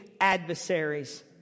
adversaries